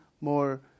more